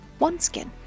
OneSkin